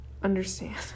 understand